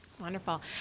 Wonderful